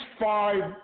five